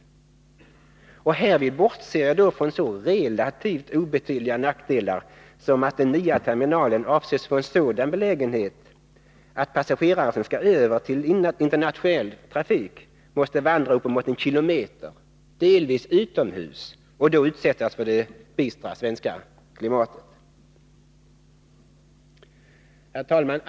Och härvid bortser jag då från så relativt obetydliga nackdelar som att den nya terminalen avses få en sådan belägenhet att passagerare som skall över till internationell trafik måste vandra upp emot en kilometer, delvis utomhus, och då utsättas för det bistra svenska klimatet. Herr talman!